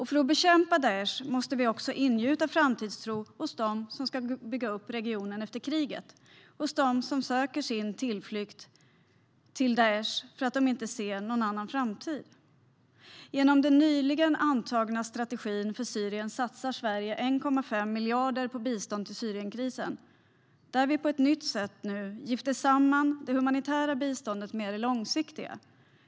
För att bekämpa Daish måste vi också ingjuta framtidstro hos dem som ska bygga upp regionen efter kriget och hos dem som söker sin tillflykt till Daish därför att de inte ser någon annan framtid. Genom den nyligen antagna strategin för Syrien satsar Sverige 1,5 miljarder på bistånd till Syrienkrisen. På ett nytt sätt gifter vi nu samman det humanitära biståndet med det långsiktiga biståndet.